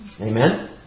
Amen